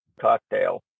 cocktail